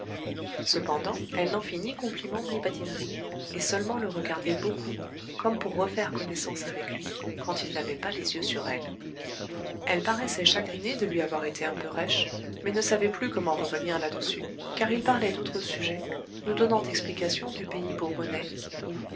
cependant elle n'en fit ni compliment ni badinerie et seulement le regardait beaucoup comme pour refaire connaissance avec lui quand il n'avait pas les yeux sur elle elle paraissait chagrinée de lui avoir été un peu rêche mais ne savait plus comment revenir là-dessus car il parlait d'autres sujets nous donnant explication du pays bourbonnais où